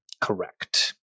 Correct